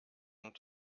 und